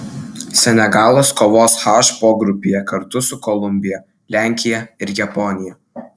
senegalas kovos h pogrupyje kartu su kolumbija lenkija ir japonija